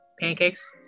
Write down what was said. Pancakes